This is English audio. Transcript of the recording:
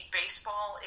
baseball